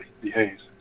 behaves